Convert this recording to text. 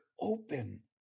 open